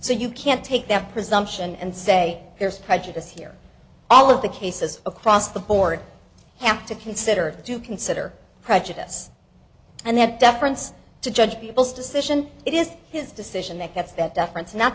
so you can't take that presumption and say there's prejudice here all of the cases across the board have to consider to consider prejudice and that deference to judge people's decision it is his decision that that's that def